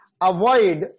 avoid